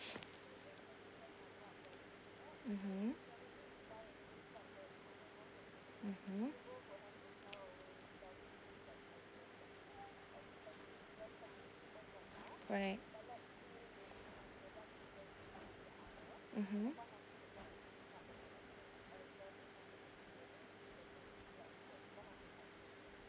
mmhmm mmhmm right mmhmm